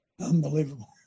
Unbelievable